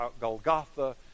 Golgotha